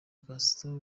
gaston